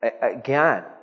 Again